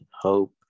hope